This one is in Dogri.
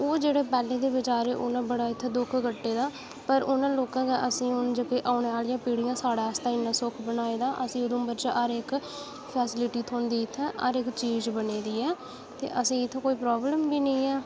ओह् जेह्ड़े पैह्ले दे बजार हे उनें बड़ा इत्थै दुख कट्टे दा पर उनें लोकें दा जेह्की औने आह्ली पिढ़ियां आस्तै इन्ना सुख बनाया दा असें गी उधमपुर ड़िस्ट्रिक्ट च हर इक फैस्लिटी हर इक चीज बनी दी ऐ ते असें गी इत्थैं कोई प्राॅबलम बी नेईं ऐ